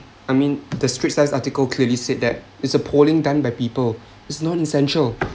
I mean the straits times article clearly said that it's a polling done by people it's not essential